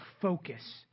focus